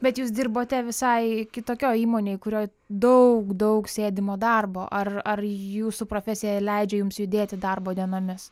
bet jūs dirbote visai kitokioj įmonėj kurioj daug daug sėdimo darbo ar ar jūsų profesija leidžia jums judėti darbo dienomis